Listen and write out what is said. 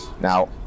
Now